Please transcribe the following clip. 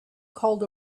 called